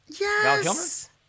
Yes